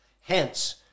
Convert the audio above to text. Hence